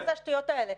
מה זה השטויות האלה?